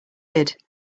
did